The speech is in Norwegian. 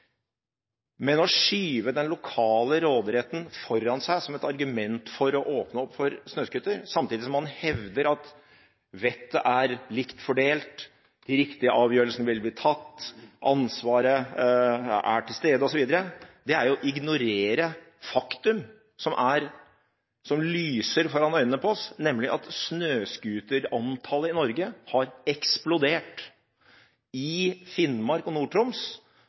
Men å skyve den lokale råderetten foran seg som et argument for å åpne opp for snøscootere, samtidig som man hevder at vettet er likt fordelt, de riktige avgjørelsene vil bli tatt, ansvaret er til stede, osv., er å ignorere faktum, som lyser foran øynene våre, nemlig at snøscooterantallet i Norge har eksplodert. I Finnmark og